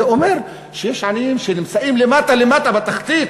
זה אומר שיש עניים שנמצאים למטה למטה, בתחתית.